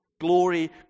glory